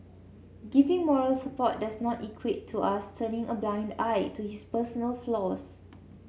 giving moral support does not equate to us turning a blind eye to his personal flaws